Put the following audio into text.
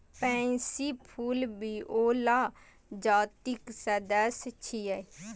pansy फूल viola जातिक सदस्य छियै